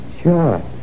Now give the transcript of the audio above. Sure